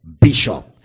Bishop